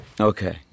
Okay